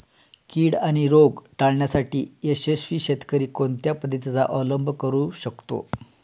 कीड आणि रोग टाळण्यासाठी यशस्वी शेतकरी कोणत्या पद्धतींचा अवलंब करू शकतो?